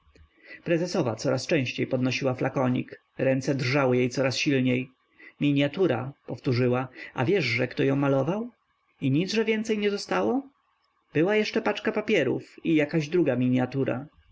prezesowa coraz częściej podnosiła flakonik ręce drżały jej coraz silniej miniatura powtórzyła a wiesz-że kto ją malował i nic-że więcej nie zostało była jeszcze paczka papierów i jakaś druga miniatura